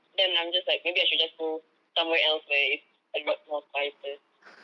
then I'm just like maybe I should just go somewhere else where it's a lot more quieter